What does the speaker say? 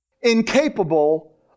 incapable